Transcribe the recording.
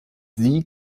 the